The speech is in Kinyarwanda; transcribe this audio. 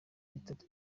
bitatu